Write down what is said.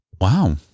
Wow